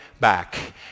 back